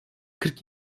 kırk